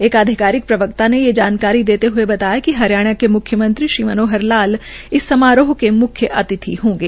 एक आधिकारिक प्रवक्ता ने ये जानकारी देते बताया कि हरियाणा के म्ख्यमंत्री श्री मनोहर लाल इस समारोह के म्ख्य अतिथि होंगे